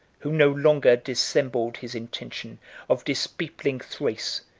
who no longer dissembled his intention of dispeopling thrace,